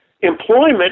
employment